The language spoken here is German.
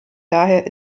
daher